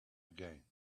again